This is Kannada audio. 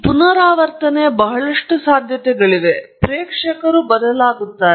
ಆದ್ದರಿಂದ ಪುನರಾವರ್ತನೆಯ ಬಹಳಷ್ಟು ಸಾಧ್ಯತೆಗಳಿವೆ ಮತ್ತು ಪ್ರೇಕ್ಷಕರು ಬದಲಾಗಬಹುದು